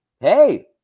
hey